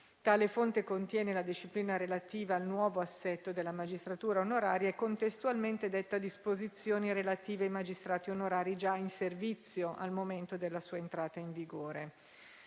Tale fonte contiene la disciplina relativa al nuovo assetto della magistratura onoraria e, contestualmente, detta disposizioni relative ai magistrati onorari già in servizio al momento della sua entrata in vigore.